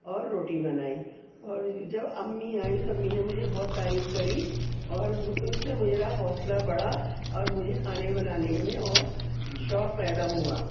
اور روٹی بنائی اور جب امی آئیں تو امی نے مجھے بہت تعریف کری اور اس سے میرا حوصلہ بڑھا اور مجھے کھانے بنانے میں اور شوق پیدا ہوا